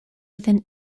within